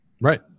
Right